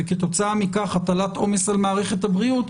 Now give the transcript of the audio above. וכתוצאה מכך הטלת עומס על מערכת הבריאות,